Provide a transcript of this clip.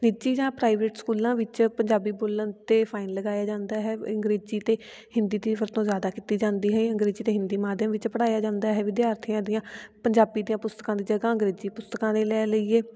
ਨਿੱਜੀ ਜਾਂ ਪ੍ਰਾਈਵੇਟ ਸਕੂਲਾਂ ਵਿੱਚ ਪੰਜਾਬੀ ਬੋਲਣ 'ਤੇ ਫਾਈਨ ਲਗਾਇਆ ਜਾਂਦਾ ਹੈ ਅੰਗਰੇਜ਼ੀ ਅਤੇ ਹਿੰਦੀ ਦੀ ਵਰਤੋਂ ਜ਼ਿਆਦਾ ਕੀਤੀ ਜਾਂਦੀ ਹੈ ਅੰਗਰੇਜ਼ੀ ਅਤੇ ਹਿੰਦੀ ਮਾਧਿਅਮ ਵਿੱਚ ਪੜ੍ਹਾਇਆ ਜਾਂਦਾ ਹੈ ਵਿਦਿਆਰਥੀਆਂ ਦੀਆਂ ਪੰਜਾਬੀ ਦੀਆਂ ਪੁਸਤਕਾਂ ਦੀ ਜਗ੍ਹਾ ਅੰਗਰੇਜ਼ੀ ਪੁਸਤਕਾਂ ਨੇ ਲੈ ਲਈ ਹੈ